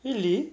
really